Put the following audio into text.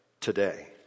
today